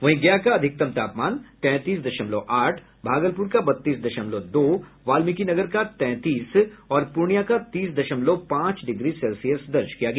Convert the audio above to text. वहीं गया का अधिकतम तापमान तैंतीस दशमलव आठ भागलपुर का बत्तीस दशमलव दो वाल्मिकी नगर का तैंतीस और पूर्णिया का तीस दशमलव पांच डिग्री सेल्सियस दर्ज किया गया